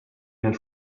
nel